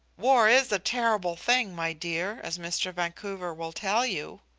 war is a terrible thing, my dear, as mr. vancouver will tell you.